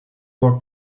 war